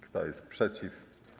Kto jest przeciw?